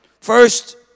First